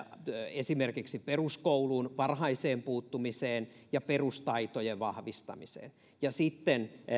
esimerkiksi peruskouluun varhaiseen puuttumiseen ja perustaitojen vahvistamiseen ja sitten